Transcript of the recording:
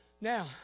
Now